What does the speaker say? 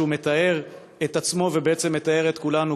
כשהוא מתאר את עצמו ובעצם מתאר את כולנו,